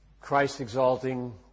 Christ-exalting